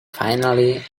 finally